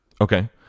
Okay